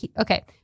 Okay